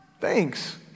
thanks